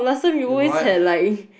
rewatch